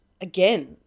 again